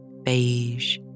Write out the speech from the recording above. beige